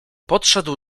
podszedł